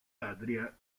adria